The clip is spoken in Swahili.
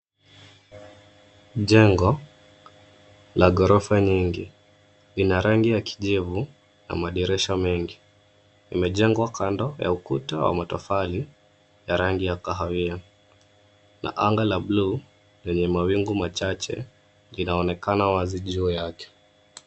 Jengo la ghorofa nyingi lina rangi ya kijivu na madirisha mengi. Imejengwa kando ya ukuta wa matofali ya rangi ya kahawia na anga la buluu lenye mawingu machache inaonekana wazi juu yake.